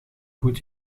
goed